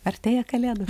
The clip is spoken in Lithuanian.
artėja kalėdos